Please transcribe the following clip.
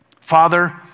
Father